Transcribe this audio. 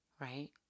right